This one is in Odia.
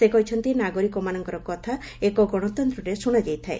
ସେ କହିଛନ୍ତି ନାଗରିକମାନଙ୍କର କଥା ଏକ ଗଣତନ୍ତରେ ଶୁଣାଯାଇଥାଏ